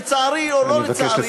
לצערי או לא לצערי,